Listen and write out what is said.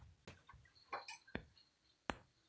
फसल में कबक रोग लगल है तब का करबै